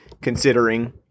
considering